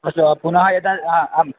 अस्तु पुनः यदा अहम् अहम्